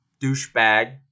douchebag